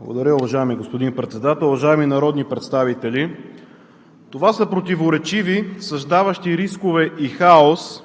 Благодаря, уважаеми господин Председател. Уважаеми народни представители! Това са противоречиви, създаващи рискове и хаос,